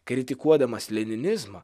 kritikuodamas leninizmą